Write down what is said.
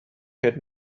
had